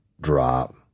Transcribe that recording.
drop